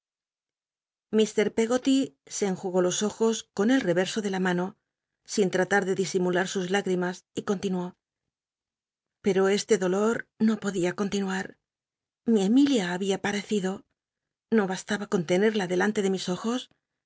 ik l'cggoty se enjugó los ojos con el reverso de la mano sin tratar de disimular sus lágimas y continuó l'ero este dolor no podia continuar mi emilía babia pmccido no bastaba con tcnel'la delante de mis ojos